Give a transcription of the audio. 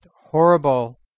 horrible